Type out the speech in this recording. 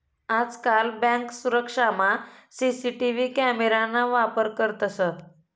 आजकाल बँक सुरक्षामा CCTV camera ना वापर करतंस